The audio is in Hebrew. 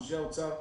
אנשי האוצר,